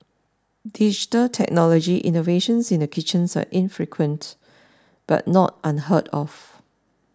digital technology innovations in the kitchens are infrequent but not unheard of